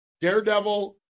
Daredevil